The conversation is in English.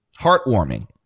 heartwarming